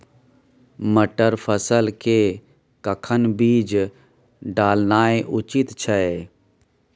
मटर फसल के कखन बीज डालनाय उचित छै?